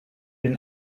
den